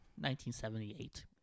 1978